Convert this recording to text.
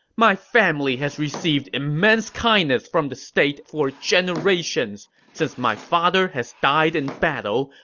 my family has received immense kindness from the state for generations. since my father has died in battle,